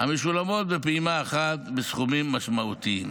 המשולמות בפעימה אחת בסכומים משמעותיים.